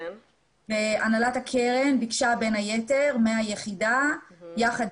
והנהלת הקרן ביקשה בין היתר מהיחידה יחד